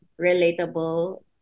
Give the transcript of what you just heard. relatable